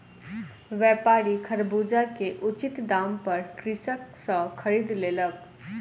व्यापारी खरबूजा के उचित दाम पर कृषक सॅ खरीद लेलक